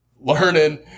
learning